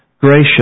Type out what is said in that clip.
gracious